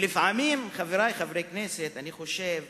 ולפעמים, חברי חברי הכנסת, אני חושב